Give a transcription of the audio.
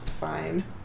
fine